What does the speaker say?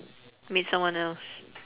meet someone else